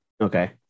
Okay